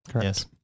Yes